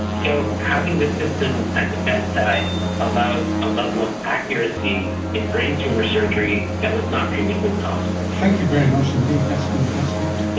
so having this system at the bedside allows a level of accuracy in brain tumour surgery that was not previously possible. thank you very much indeed, that's been fascinating.